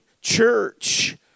Church